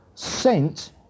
sent